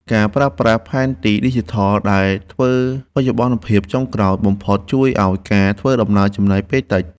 ការប្រើប្រាស់ផែនទីឌីជីថលដែលធ្វើបច្ចុប្បន្នភាពចុងក្រោយបំផុតជួយឱ្យការធ្វើដំណើរចំណាយពេលតិច។